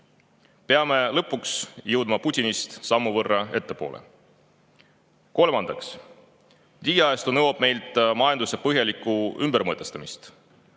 Peame lõpuks jõudma Putinist sammu võrra ettepoole. Kolmandaks, digiajastu nõuab meilt majanduse põhjalikku ümbermõtestamist.